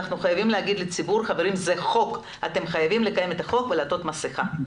אנחנו חייבים לומר לציבור שזה חוק והוא חייב לקיים את החוק ולעטות מסכה.